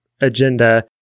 agenda